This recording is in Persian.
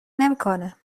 نمیکنه